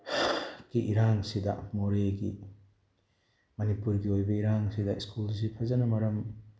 ꯀꯤ ꯏꯔꯥꯡꯁꯤꯗ ꯃꯣꯔꯦꯒꯤ ꯃꯅꯤꯄꯨꯔꯒꯤ ꯑꯣꯏꯕ ꯏꯔꯥꯡꯁꯤꯗ ꯁ꯭ꯀꯨꯜꯁꯤ ꯐꯖꯅ ꯃꯔꯝ